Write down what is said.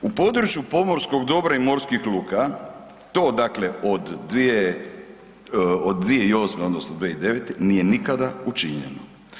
U području pomorskog dobra i morskih luka, do dakle, od 2008. odnosno 2009. nije nikada učinjeno.